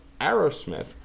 Aerosmith